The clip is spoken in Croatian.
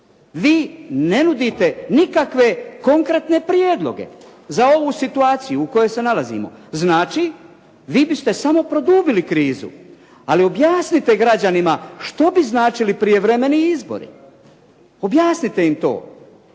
Vi ne nudite nikakve konkretne prijedloge za ovu situaciju u kojoj se nalazimo. Znači vi biste samo produbili krizu. Ali objasnite građanima što bi značili prijevremeni izbori. Objasnite im to.